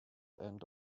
end